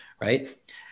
right